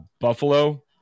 Buffalo